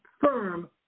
firm